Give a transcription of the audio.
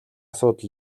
асуудал